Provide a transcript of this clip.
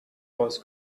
was